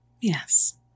Yes